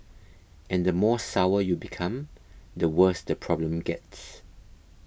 and the more sour you become the worse the problem gets